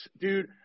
dude